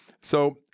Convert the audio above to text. So-